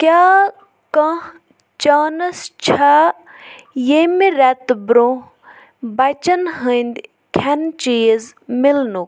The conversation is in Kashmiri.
کیٛاہ کانٛہہ چانٕس چھےٚ ییٚمہِ رٮ۪تہٕ برٛونٛہہ بَچن ہِنٛدۍ کھٮ۪نہٕ چیٖز مِلنُک